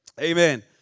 Amen